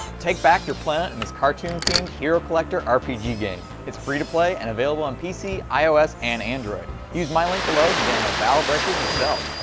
take back your planet in this cartoon themed hero collector rpg game. it's free-to-play and available on pc, ios and android! use my link below to download battle breakers yourself.